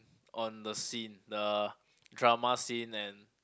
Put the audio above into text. on the scene the drama scene and